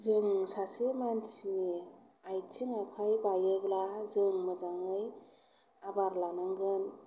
जों सासे मानसिनि आथिं आखाय बायोब्ला जों मोजाङै आबार लानांगोन